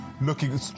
looking